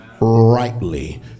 rightly